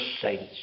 saints